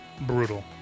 brutal